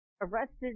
arrested